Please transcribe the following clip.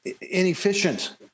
inefficient